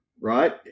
right